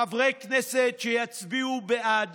חברי כנסת שיצביעו בעד